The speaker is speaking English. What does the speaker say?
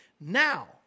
Now